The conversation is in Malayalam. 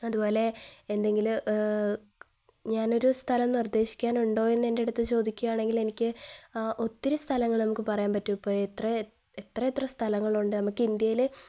അതുപോലെ ഞാനൊരു സ്ഥലം നിർദ്ദേശിക്കാൻ ഉണ്ടോ എന്ന് എൻ്റെയടുത്തു ചോദിക്കുകയാണെങ്കിൽ എനിക്ക് ഒത്തിരി സ്ഥലങ്ങള് നമുക്കു പറയാൻ പറ്റും ഇപ്പോള് എത്ര എത്ര എത്ര സ്ഥലങ്ങളുണ്ട് നമുക്ക് ഇന്ത്യയില്